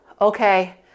Okay